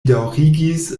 daŭrigis